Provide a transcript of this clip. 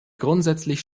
grundsätzlich